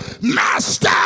master